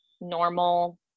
normal